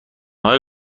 های